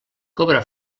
cobra